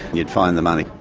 you'd find the money.